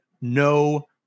no